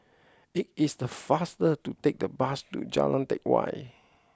it is the faster to take the bus to Jalan Teck Whye